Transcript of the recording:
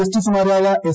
ജസ്റ്റിസുമാരായ എസ്